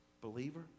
Believer